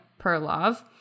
Perlov